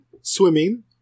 swimming